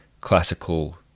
classical